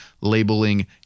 labeling